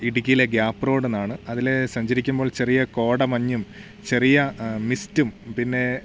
ഇടുക്കിയിലെ gap road എന്നാണ് അതിലേ സഞ്ചരിക്കുമ്പോൾ ചെറിയ കോടമഞ്ഞും ചെറിയ മിസ്റ്റും പിന്നെ